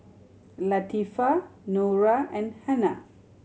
Latifa Nura and Hana